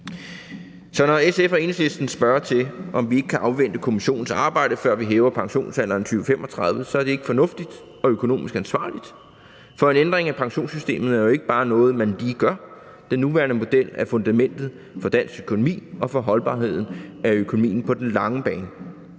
Så når SF og Enhedslisten spørger til, om vi ikke kan afvente kommissionens arbejde, før vi hæver pensionsalderen i 2035, så er det ikke fornuftigt og økonomisk ansvarligt, for en ændring af pensionssystemet er jo ikke bare noget, man lige gør. Den nuværende model er fundamentet for dansk økonomi og for holdbarheden af økonomien på den lange bane,